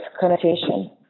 connotation